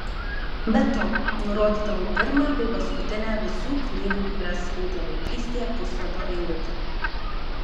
be to nurodydavo pirmą bei paskutinę visų knygų kurias skaitė vaikystėje puslapio eilutę